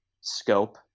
scope